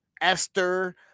Esther